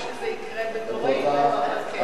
לא שזה יקרה בדורנו, אבל כן.